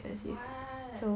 what